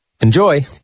Enjoy